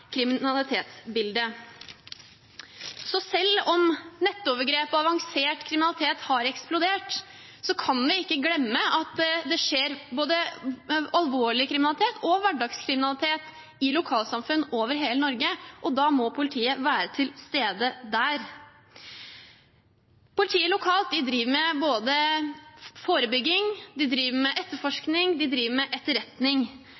kriminalitet har eksplodert, kan vi ikke glemme at det skjer både alvorlig kriminalitet og hverdagskriminalitet i lokalsamfunn over hele Norge. Da må politiet være til stede der. Politiet lokalt driver med forebygging, de driver med